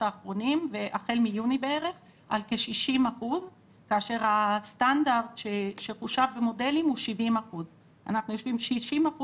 החל מיוני בערך על כ-60% כאשר הסטנדרט שחושב במודלים הוא 70%. 60%